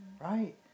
Right